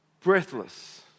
breathless